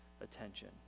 attention